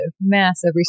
massive